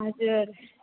हजुर